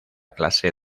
clase